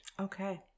Okay